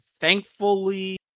thankfully